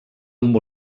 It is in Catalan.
amb